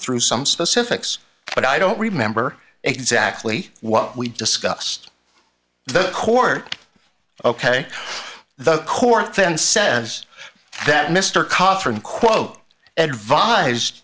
through some specifics but i don't remember exactly what we discussed the court ok the court then says that mr cothren quote advise